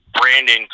Brandon